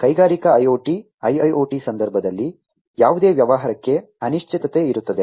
ಕೈಗಾರಿಕಾ IoT IIoT ಸಂದರ್ಭದಲ್ಲಿ ಯಾವುದೇ ವ್ಯವಹಾರಕ್ಕೆ ಅನಿಶ್ಚಿತತೆ ಇರುತ್ತದೆ